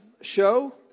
Show